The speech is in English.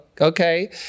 okay